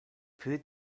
put